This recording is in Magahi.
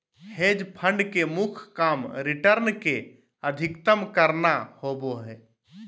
हेज फंड के मुख्य काम रिटर्न के अधीकतम करना होबो हय